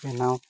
ᱵᱮᱱᱟᱣ